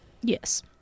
Yes